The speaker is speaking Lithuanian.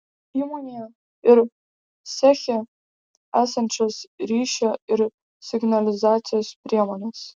įmonėje ir ceche esančios ryšio ir signalizacijos priemonės